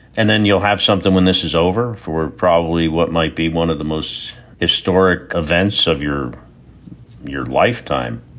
and then you'll have something when this is over for probably what might be one of the most historic events of your your lifetime